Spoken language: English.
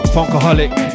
Funkaholic